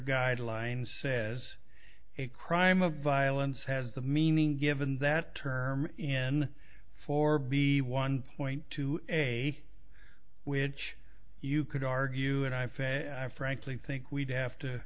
guidelines says a crime of violence has the meaning given that term in for b one point two a which you could argue and i fail i frankly think we'd have to